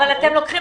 אבל אתם לוקחים